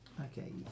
Okay